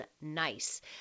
nice